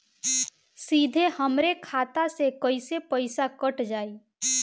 सीधे हमरे खाता से कैसे पईसा कट जाई?